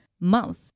month